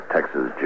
Texas